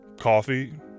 Coffee